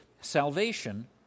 Salvation